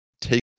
take